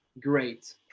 great